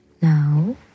Now